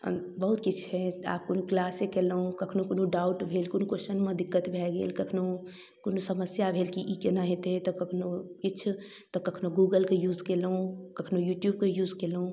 बहुत किछु छै अब कोनो किलासे कएलहुँ कखनहु कोनो डाउट भेल कोनो क्वेश्चनमे दिक्कत भऽ गेल कखनहु कोनो समस्या भेल कि ई कोना हेतै तऽ कखनहु किछु तऽ कखनहु गूगलके यूज कएलहुँ कखनो यूट्यूबके यूज कएलहुँ